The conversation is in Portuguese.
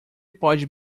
pode